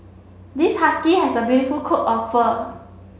this husky has a beautiful coat of fur